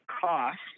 cost